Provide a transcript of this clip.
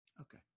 okay